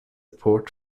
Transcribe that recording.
port